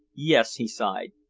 yes, he sighed.